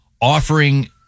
offering